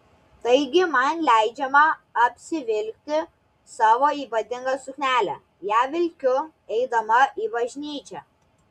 taigi man leidžiama apsivilkti savo ypatingą suknelę ją vilkiu eidama į bažnyčią